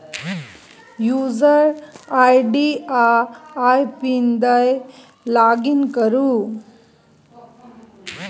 user ID आ आइ PIN दए लागिन करु